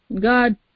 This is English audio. God